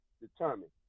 determined